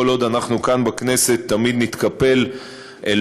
כל עוד אנחנו כאן בכנסת תמיד נתקפל אל